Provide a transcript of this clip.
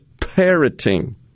parroting